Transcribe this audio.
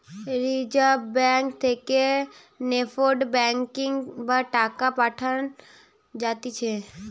reserve bank থেকে NEFT banking বা টাকা পাঠান যাতিছে